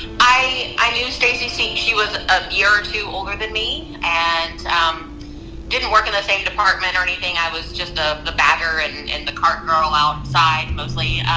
i knew stacey since she was a year or two older than me and didn't work in the same department or anything. i was just ah the bagger and and the cart girl outside mostly.